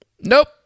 Nope